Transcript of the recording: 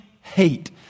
hate